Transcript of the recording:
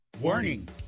Warning